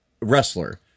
wrestler